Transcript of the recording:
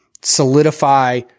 solidify